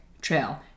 trail